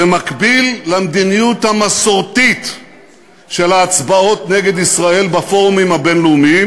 במקביל למדיניות המסורתית של ההצבעות נגד ישראל בפורומים הבין-לאומיים,